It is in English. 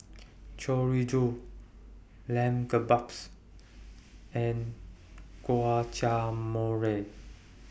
Chorizo Lamb Kebabs and Guacamole